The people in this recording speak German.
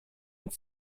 mit